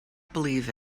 believe